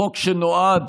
חוק שנועד